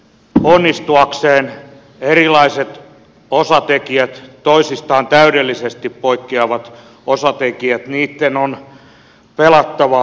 onnistuakseen erilaisten osatekijöiden toisistaan täydellisesti poikkeavien osatekijöiden on pelattava yhteen